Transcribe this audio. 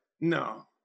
no